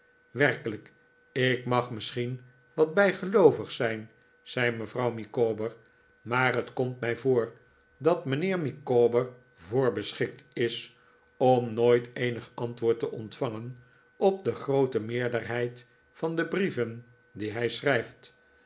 werkelijk ik mag misschien wat bijgeloovig zijn zei mevrouw micawber maar het komt mij voor dat mijnheer micawber voorbeschikt is om nooit eenig aritwoord te ontvangen op de groote meerderheid van de brieven die hij schrijft